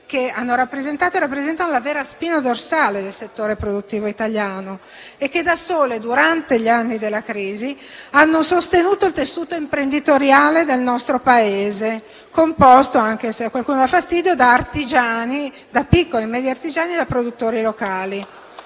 che hanno rappresentato e rappresentano la vera spina dorsale del settore produttivo italiano e che da sole, durante gli anni della crisi, hanno sostenuto il tessuto imprenditoriale del nostro Paese, composto - anche se a qualcuno dà fastidio - da piccoli e medi artigiani e da produttori locali